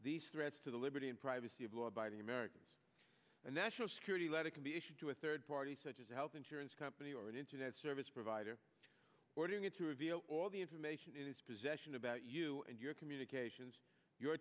these threats to the liberty and privacy of law abiding americans a national security letter can be issued to a third party such as a health insurance company or an internet service provider ordering it to reveal all the information in its possession about you and your communications your